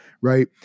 right